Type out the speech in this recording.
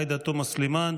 עאידה תומא סלימאן,